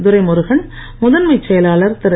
துரைமுருகன் முதன்மை செயலாளர் திரு